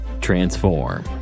Transform